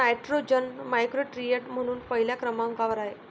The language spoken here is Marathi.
नायट्रोजन मॅक्रोन्यूट्रिएंट म्हणून पहिल्या क्रमांकावर आहे